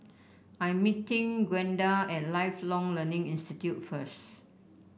I am meeting Gwenda at Lifelong Learning Institute first